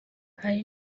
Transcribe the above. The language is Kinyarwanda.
hari